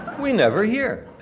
we never hear.